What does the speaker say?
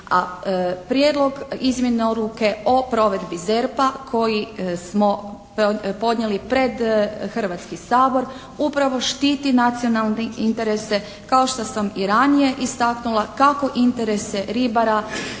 prijedlog izmjena odluke o provedbi ZERP-a koji smo podnijeli pred Hrvatski sabor upravo štiti nacionalne interese kao što sam i ranije istaknula kako interese ribara